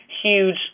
huge